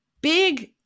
big